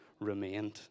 remained